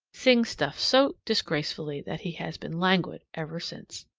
sing stuffed so disgracefully that he has been languid ever since.